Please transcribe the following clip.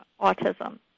autism